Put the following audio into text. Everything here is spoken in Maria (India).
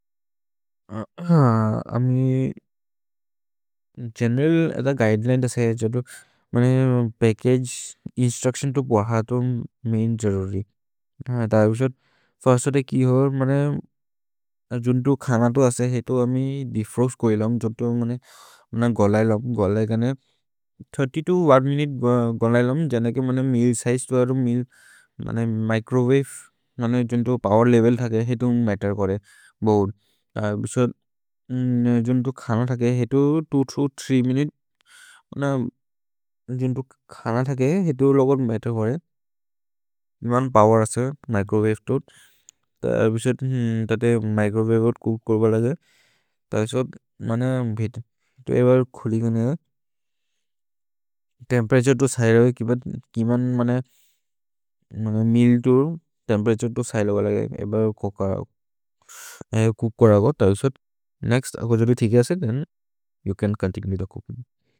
अमी जेनरेल एदा गाइड्लाइन्ड असे जटो मने पेकेज इंस्ट्रक्षिन तो प्वाहा तो में जरूरी ताइवशट फ़र्सटे की होर मने जटो। खाना तो असे हेटो अमी डिफ्रोक्स कोईलाम जटो मने गलाइलाम ताइवशट फ़र्स्टे की होर में जटो खाना थाइवशट फ़र्स्टे की होर मने। गलाइलाम ताइवशट फ़र्स्टे की होर में जटो खाना थाइवशट फ़र्स्टे की होर मने गलाइलाम ताइवशट फ़र्स्टे की होर में जटो खाना थाइवश़ट फ़र्स्टे की होर में जटो खाना थाइवश़ट। फ़र्स्टे की होर में जटो खाना थाइवश़़ट फ़र्स्टे की होर में जटो खाना थाइवश़़ट फ़र्स्टे की होर में जटो खाना थाइवश।